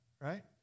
right